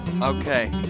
Okay